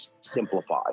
simplify